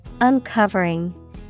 Uncovering